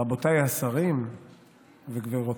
רבותיי השרים וגבירותיי,